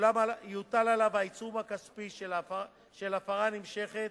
יוטל עליו העיצום הכספי בשל הפרה נמשכת,